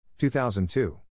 2002